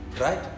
Right